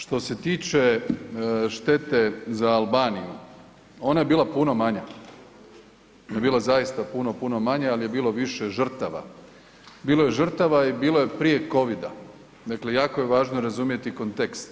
Što se tiče štete za Albaniju, ona je bila puno manja, ona je bila zaista puno, puno manja, al je bilo više žrtava, bilo je žrtava i bilo je prije covida, dakle jako je važno razumjeti kontekst.